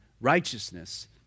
righteousness